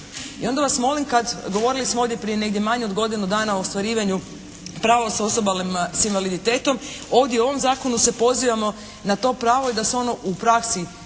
I onda vas molim kad, govorili smo ovdje prije negdje manje od godinu dana o ostvarivanju prava s osobama s invaliditetom, ovdje u ovom zakonu se pozivamo na to pravo i da se ono u praksi koristi,